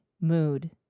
mood